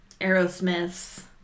Aerosmith's